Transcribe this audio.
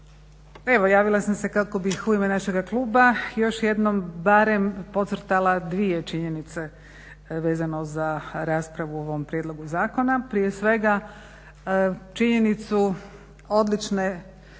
Evo javila sam se kako bih u ime našega kluba još jednom barem podcrtala dvije činjenice vezano za raspravu o ovm prijedlogu zakona, prije svega činjenicu odlične